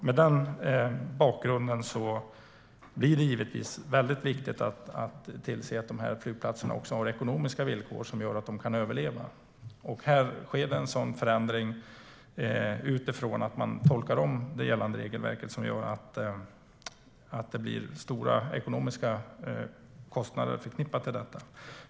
Mot den bakgrunden blir det givetvis väldigt viktigt att tillse att de här flygplatserna har ekonomiska villkor som gör att de kan överleva. Nu sker det en förändring i och med att man tolkar om det gällande regelverket, och det är stora ekonomiska kostnader förknippade med detta.